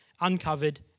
uncovered